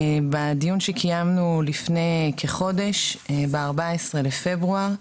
בדיון שקיימנו לפני כחודש ב-14 בפברואר,